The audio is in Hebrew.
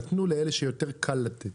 נתנו לאלה שיותר קל לתת.